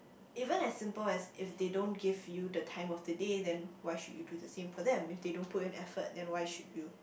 even is as simple as if they don't give you the time of the day then why should you do the same for them if they don't put in effort then why should you